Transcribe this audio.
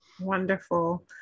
wonderful